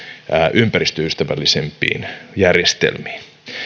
ympäristöystävällisempiin järjestelmiin